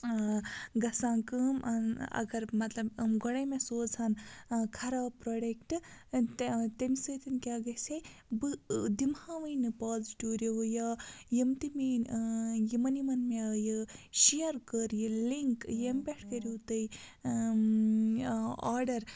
گژھان کٲم اگر مطلب گۄڈے مےٚ سوزہن خراب پرٛوڈَٮ۪کٹ تمہِ سۭتۍ کیٛاہ گَژھِ ہے بہٕ دِمہٕ ہاوٕنۍ نہٕ پازِٹِو رِوِو یا یِم تہِ میٲنۍ یِمَن یِمَن مےٚ یہِ شِیَر کٔر یہِ لِنٛک ییٚمہِ پٮ۪ٹھ کٔرِو تُہۍ آرڈَر